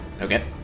Okay